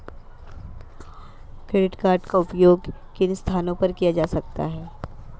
Credit card का उपयोग किन स्थानों पर किया जा सकता है?